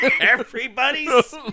Everybody's